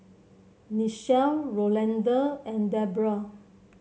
Nichelle Rolanda and Debroah